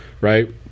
Right